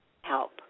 help